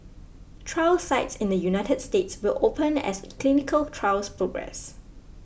trial sites in the United States will open as clinical trials progress